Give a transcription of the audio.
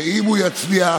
שאם הוא יצליח,